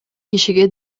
кишиге